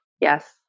Yes